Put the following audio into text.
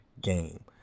game